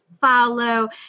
follow